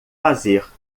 fazer